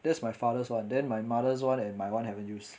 that's my father's [one] then my mother's [one] and my [one] haven't used